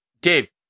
Dave